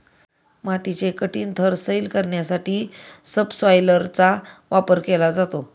मातीचे कठीण थर सैल करण्यासाठी सबसॉयलरचा वापर केला जातो